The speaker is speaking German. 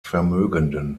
vermögenden